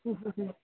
हूं हूं हूं